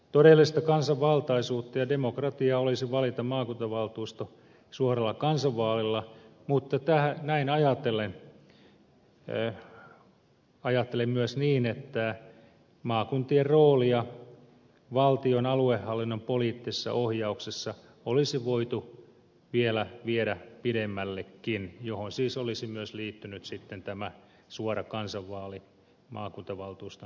todellista kansanvaltaisuutta ja demokratiaa olisi valita maakuntavaltuusto suoralla kansanvaalilla mutta ajattelen myös niin että maakuntien roolia valtion aluehallinnon poliittisessa ohjauksessa olisi voitu viedä vielä pidemmällekin jolloin tähän siis olisi liittynyt myös tämä suora kansanvaali maakuntavaltuuston valinnassa